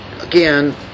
again